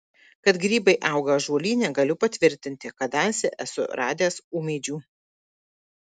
kad grybai auga ąžuolyne galiu patvirtinti kadaise esu radęs ūmėdžių